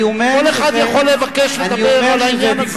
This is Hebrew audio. כל אחד יכול לבקש לדבר על העניין הזה.